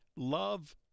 Love